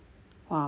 ya so